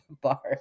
bar